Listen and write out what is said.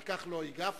על כך לא הגבתי,